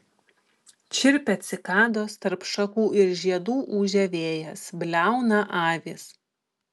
čirpia cikados tarp šakų ir žiedų ūžia vėjas bliauna avys